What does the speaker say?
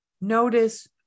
notice